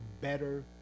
better